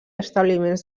establiments